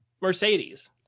mercedes